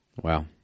Wow